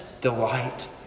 delight